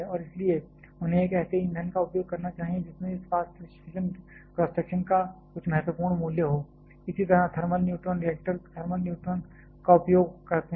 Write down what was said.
और इसलिए उन्हें एक ऐसे ईंधन का उपयोग करना चाहिए जिसमें इस फास्ट फिशन क्रॉस सेक्शन का कुछ महत्वपूर्ण मूल्य हो इसी तरह thermal neutron reactor thermal neutron का उपयोग करते हैं